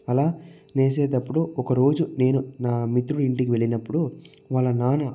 అలా నేసేటప్పుడు ఒక రోజు నేను నా మిత్రుడు ఇంటికి వెళ్ళినప్పుడు వాళ్ళ నాన్న